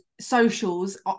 socials